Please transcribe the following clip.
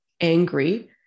angry